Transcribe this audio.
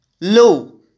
low